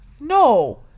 No